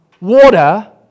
water